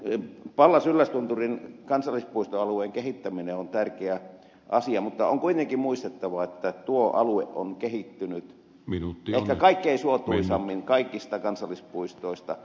pallas yllästunturin kansallispuistoalueen kehittäminen on tärkeä asia mutta on kuitenkin muistettava että tuo alue on kehittynyt ehkä kaikkein suotuisimmin kaikista kansallispuistoista näillä nykyisilläkin olosuhteilla